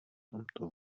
tomto